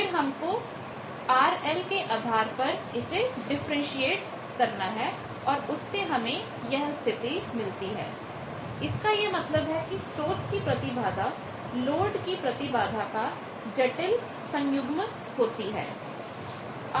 फिर हम इसको RL के आधार पर डिफरेंटशियेट कर सकते हैं और उससे हमें यह स्थिति मिलती है RS RL ZL ZS इसका यह मतलब है कि स्रोत की प्रतिबाधा लोड की प्रतिबाधा का जटिल सन्युग्मcomplex conjugate काम्प्लेक्स कोंजूगेट होती है